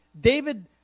David